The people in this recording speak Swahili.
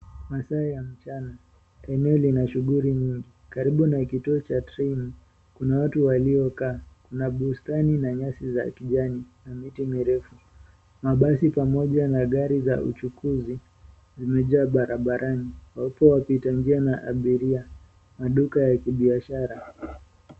Masaa ya mchana, eneo lina shughuli nyingi karibu na kituo cha treni, kuna watu waliokaa, kuna bustani na nyasi za kijani na miti mirefu na basi pamoja na gari za uchukuzi zimejaa barabarani wapo wapita njia na abiria, maduka ya kibiashara.